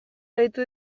gehitu